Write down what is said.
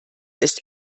ist